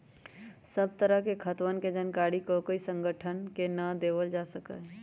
सब तरह के खातवन के जानकारी ककोई संगठन के ना देवल जा सका हई